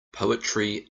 poetry